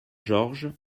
georges